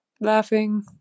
laughing